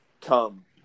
Come